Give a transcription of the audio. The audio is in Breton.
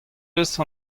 deus